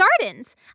Gardens